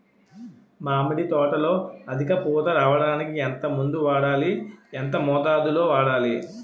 మామిడి తోటలో అధిక పూత రావడానికి ఎంత మందు వాడాలి? ఎంత మోతాదు లో వాడాలి?